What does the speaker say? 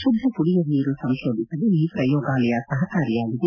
ಶುದ್ದ ಕುಡಿಯುವ ನೀರು ಸಂಶೋದಿಸಲು ಈ ಪ್ರಯೋಗಾಲಯ ಸಹಕಾರಿಯಾಗಿದೆ